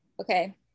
okay